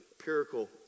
empirical